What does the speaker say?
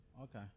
Okay